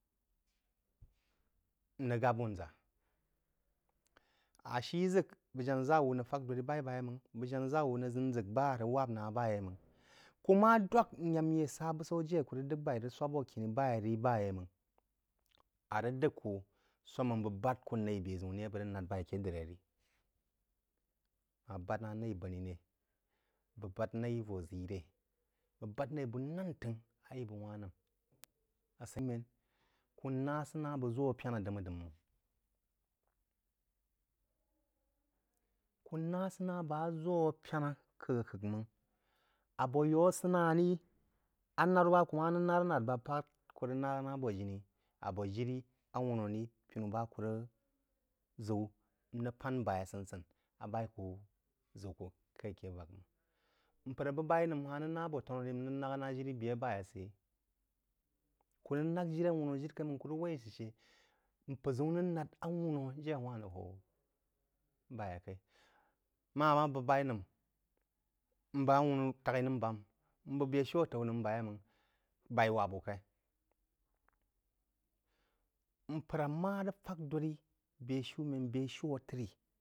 Ń rəg gāp wūnʒa. A shí ʒək bəg jȧnāʒáwú n’əngn fak dōd ri b’aí bā yeí máng bəy janá ʒəwú n’əngh ʒək ba rəg wāb na-h bá yeí máng. Kú má dwak n yak n ye sá búsaú je ku rəg d’əgh b’aí n rəg swáo abō khini-b’aī ba yeī máng, a rəg d’əgh ku sō máng bəg bād kú naí abō bē-ʒəun rí a bəgk rəg nād baí a ké dirí rí. Á bād na naī būní ré, bəg bad naí vō ʒí re? Bəg bād naí bú náng t’əngh a ī bəg wánh nəm e. g ghtiches. Asə mən, kú naá asəna bəg ʒō pəna dəma-dəmá máng. Kú ná asəná bəg ʒō pəna k’ək-k’ək máng abō yaú asəna rí anárú bá á kú má sə nar-nar bā á kú rəg nar ná abō jini abō jirí awuní ri – pinú bá a kú rəg ʒəu n rəg n rəg pān b’aí sən-sən a b’aí kú ʒəu kō kaí a ké vák máng mpər bəg b’aí nəm ha-hn rəg ná abō tanu-rí n rəg nak na jiri bē a b’aí səyeí. Kú rəg nák jirí awúnú jiri-kai mang kū rəg wái sə shə mpər ʒəun rəg nād awùnú jé a wahn rəg hō b’aí kaī. Má amá bəg b’aí nəm, m bəg awuní tak-í nəm bām, n bəg bē-shiu ataú nəm bā yeí mang, b’aí wáb, wú kai? Mpər má rəg fak dǒdri bē-shumē bē-shú trí